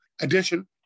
addition